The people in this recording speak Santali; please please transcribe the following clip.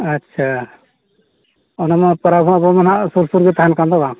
ᱟᱪᱪᱷᱟ ᱚᱱᱟ ᱢᱟ ᱯᱟᱨᱟᱵᱽ ᱦᱚᱸ ᱟᱵᱚ ᱢᱟ ᱦᱟᱸᱜ ᱥᱩᱨ ᱥᱩᱨ ᱜᱮ ᱛᱟᱦᱮᱱ ᱠᱟᱱ ᱫᱚ ᱵᱟᱝ